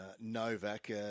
Novak